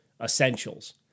essentials